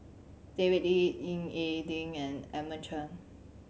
David Lee Ying E Ding and Edmund Cheng